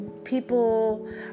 people